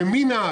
ימינה,